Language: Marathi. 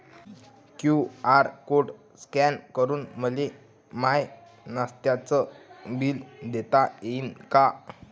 क्यू.आर कोड स्कॅन करून मले माय नास्त्याच बिल देता येईन का?